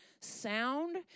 sound